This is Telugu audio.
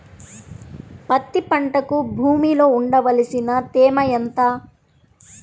పత్తి పంటకు భూమిలో ఉండవలసిన తేమ ఎంత?